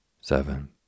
Seven